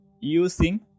using